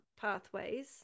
pathways